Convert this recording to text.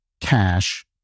cash